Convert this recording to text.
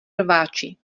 rváči